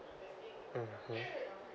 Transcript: mmhmm